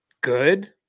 good